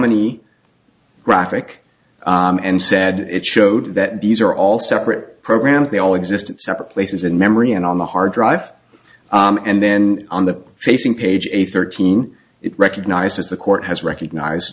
domini graphic and said it showed that these are all separate programs they all exist at separate places in memory and on the hard drive and then on the facing page eight thirteen it recognizes the court has recognize